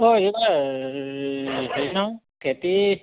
অঁ এইবাৰ হৰি নহয় খেতি